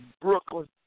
Brooklyn